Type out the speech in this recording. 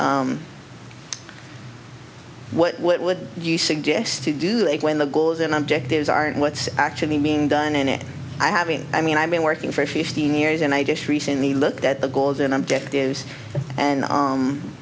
that's what what would you suggest to do when the goals and objectives aren't what's actually being done in it i having i mean i've been working for fifteen years and i just recently looked at the goals and objectives and